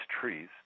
trees